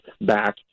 back